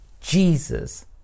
Jesus